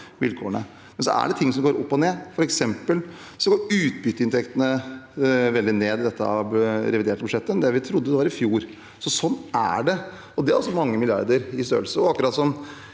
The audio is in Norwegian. Men det er også ting som går opp og ned. For eksempel går utbytteinntektene veldig ned i dette reviderte budsjettet, mer enn vi trodde i fjor, og det er også mange milliarder i størrelse.